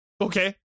Okay